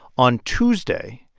on tuesday,